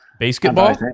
Basketball